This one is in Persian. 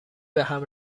بهم